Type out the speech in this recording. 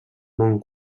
món